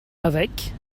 avec